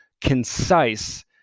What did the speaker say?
concise